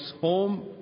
home